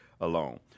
Alone